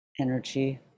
energy